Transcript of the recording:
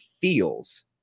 feels